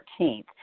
14th